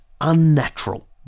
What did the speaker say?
unnatural